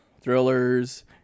thrillers